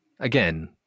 again